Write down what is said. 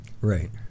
Right